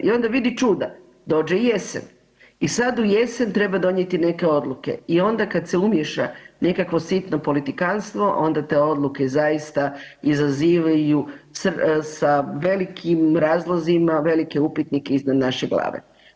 I onda vidi čuda, dođe jesen i sad u jesen treba donijeti neke odluke i onda kad se umiješa nekakvo sitno politikantstvo onda te odluke zaista izazivaju sa velikim razlozima velike upitnike iznad naše glave.